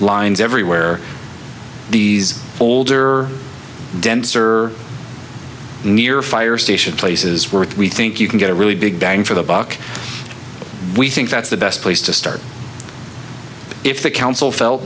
lines everywhere these older denser near fire station places worth we think you can get a really big bang for the buck we think that's the best place to start if the council felt